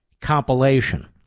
compilation